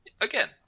Again